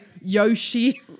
Yoshi